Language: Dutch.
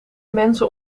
mensen